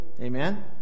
Amen